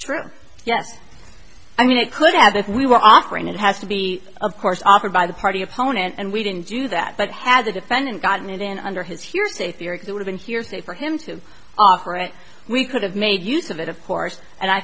true yes i mean it could have if we were offering it has to be of course offered by the party opponent and we didn't do that but had the defendant gotten it in under his hearsay theory it would've been hearsay for him to offer and we could have made use of it of course and i